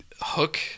hook